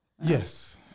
Yes